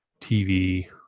TV